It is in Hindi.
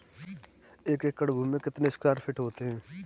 एक एकड़ भूमि में कितने स्क्वायर फिट होते हैं?